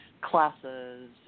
classes